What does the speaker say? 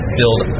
build